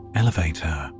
elevator